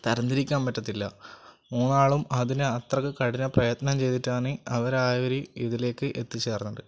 തരം തിരിക്കാൻ പറ്റത്തില്ല മൂന്ന് ആളും അതിന് അത്രയ്ക്ക് കഠിന പ്രയത്നം ചെയ്തിട്ടാണ് അവർ ആ ഒരു ഇതിലേക്ക് എത്തിച്ചേർന്നത്